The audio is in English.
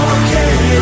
okay